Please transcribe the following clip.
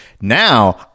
Now